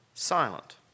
silent